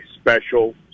special